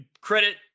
Credit